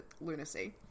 lunacy